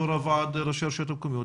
יו"ר הוועד ראשי הרשויות המקומיות,